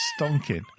stonking